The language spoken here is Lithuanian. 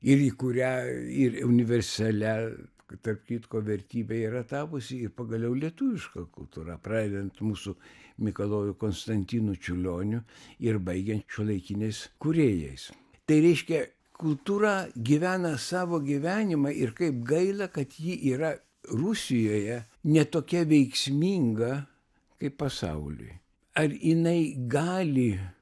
ir į kurią ir universalia tarp kitko vertybe yra tapusi ir pagaliau lietuviška kultūra pradedant mūsų mikaloju konstantinu čiurlioniu ir baigiant šiuolaikiniais kūrėjais tai reiškia kultūra gyvena savo gyvenimą ir kaip gaila kad ji yra rusijoje ne tokia veiksminga kaip pasauliui ar jinai gali